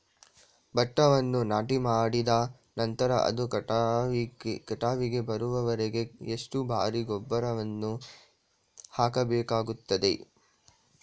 ಭತ್ತವನ್ನು ನಾಟಿಮಾಡಿದ ನಂತರ ಅದು ಕಟಾವಿಗೆ ಬರುವವರೆಗೆ ಎಷ್ಟು ಬಾರಿ ಗೊಬ್ಬರವನ್ನು ಹಾಕಬೇಕಾಗುತ್ತದೆ?